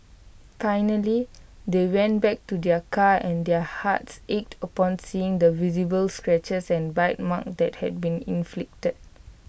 finally they went back to their car and their hearts ached upon seeing the visible scratches and bite marks that had been inflicted